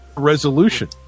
resolution